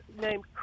named